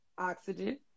Oxygen